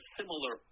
similar